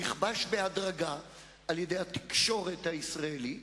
נכבש בהדרגה על-ידי התקשורת הישראלית,